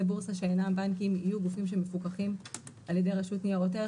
בורסה שאינם בנקים יהיו גופים שמפוקחים על ידי הרשות לניירות ערך,